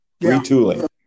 retooling